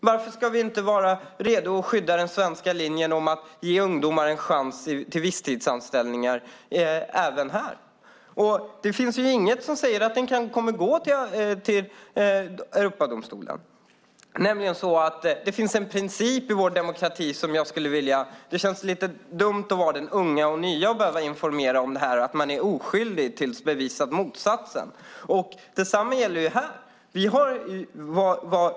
Varför ska vi inte vara redo att skydda den svenska linjen även här om att ge ungdomar en chans till visstidsanställningar? Det finns inget som säger att detta kommer att gå till Europadomstolen. Det finns nämligen en princip i vår demokrati. Det känns lite dumt att vara den unga och nya och behöva informera om att man är oskyldig tills motsatsen är bevisad. Detsamma gäller här.